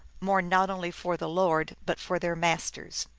mourn not only for the lord, but for their masters.